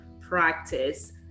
practice